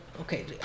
Okay